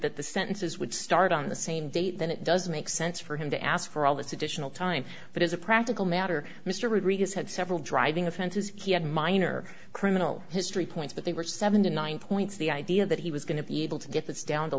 that the sentences would start on the same day then it doesn't make sense for him to ask for all this additional time but as a practical matter mr rodriguez had several driving offenses he had minor criminal history points but they were seven to nine points the idea that he was going to be able to get this down to